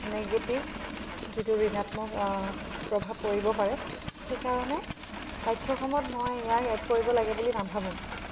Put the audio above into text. negative যিটো ঋণাত্মক প্ৰভাৱ পৰিব পাৰে সেইকাৰণে পাঠ্যক্ৰমত মই ইয়াক এড কৰিব লাগে বুলি নাভাবোঁ